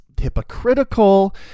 hypocritical